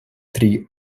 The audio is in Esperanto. tri